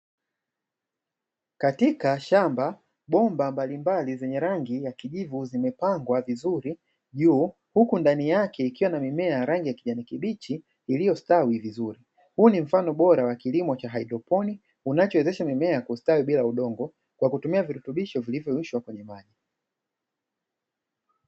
Katika shamba bomba mbalimbali zenye rangi ya kijivu zimepangwa vizuri juu, huku ndani yake ikiwa na mimiea ya rangi ya kijani kibichi iliyostawi vizuri. Huu ni mfano bora wa kilimo cha haidroponi unachowezesha mimea kustawi bila udongo, kwa kutumia virutubisho vilivyoyeyushwa kwenye maji.